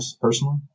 personally